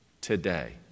today